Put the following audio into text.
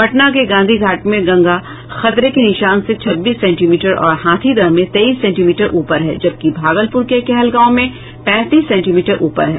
पटना के गांधी घाट में गंगा खतरे के निशान से छब्बीस सेंटीमीटर और हाथीदह में तेईस सेंटीमीटर ऊपर है जबकि भागलपुर के कहलगांव में पैंतीस सेंटीमीटर ऊपर है